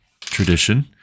tradition